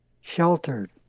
sheltered